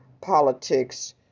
politics